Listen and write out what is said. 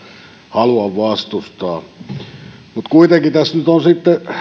halua vastustaa mutta kuitenkin tässä nyt on sitten